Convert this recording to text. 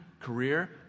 career